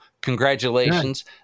congratulations